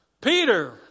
Peter